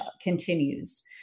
continues